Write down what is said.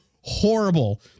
horrible